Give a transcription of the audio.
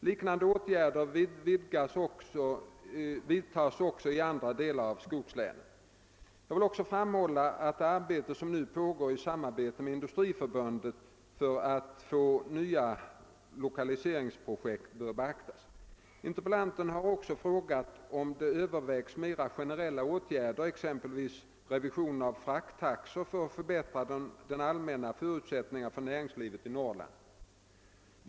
Liknande åtgärder vidtas också i andra delar av skogslänen. Jag vill också framhålla det arbete som nu pågår i samarbete med Industriförbundet för att finna nya lokaliseringsobjekt. Interpellanterna har också frågat om det övervägs mera generella åtgärder, exempelvis revision av frakttaxor för att förbättra de allmänna förutsättningarna för näringslivet i Norrland.